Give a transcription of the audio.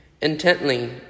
intently